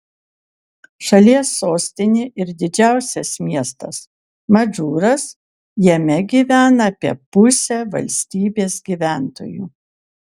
šalies sostinė ir didžiausias miestas madžūras jame gyvena apie pusę valstybės gyventojų